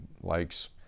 likes